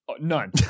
None